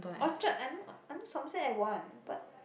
Orchard I know I know Somerset have one but